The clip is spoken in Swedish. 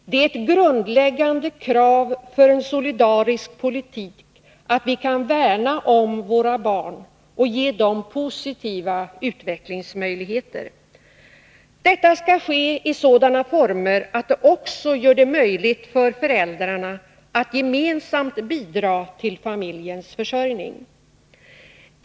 Det är ett grundläggande krav för en solidarisk politik, att vi kan värna om våra barn och ge dem goda utvecklingsmöjligheter. Detta skall ske i sådana former att det också gör det möjligt för föräldrarna att gemensamt bidra till familjens försörjning.